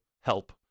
help